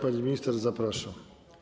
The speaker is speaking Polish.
Pani minister, zapraszam.